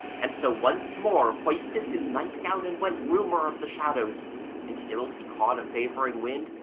and so once more hoisted his nightgown and went roomer of the shadows until he caught a favouring wind,